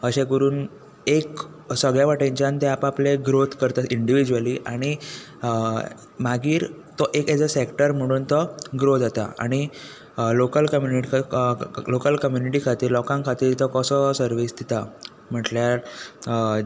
अशें करून एक सगळ्या वाटेनच्यान ते आप आपले ग्रोथ करता इंडिविज्वली आनी मागीर तो एक एज अ सॅक्टर म्हुणून तो ग्रो जाता आनी लोकल कम्युनिटिका लोकल कम्युनिटी खातीर लोकां खातीर तो कसो सर्वीस दिता म्हटल्यार